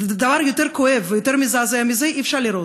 דבר יותר כואב ויותר מזעזע מזה אי-אפשר לראות.